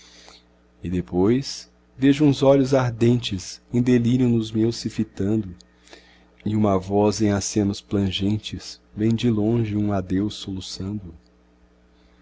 e depois vejo uns olhos ardentes em delírio nos meus se fitando e uma voz em acentos plangentes vem de longe um adeus soluçando